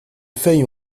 feuilles